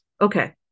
Okay